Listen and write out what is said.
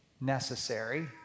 necessary